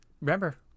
Remember